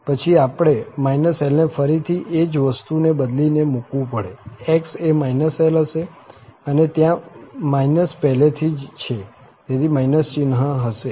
પછી આપણે l ને ફરીથી એ જ વસ્તુને બદલીને મુકવું પડશે x એ -l હશે અને ત્યાં પહેલેથી જ છે તેથી ચિહ્ન હશે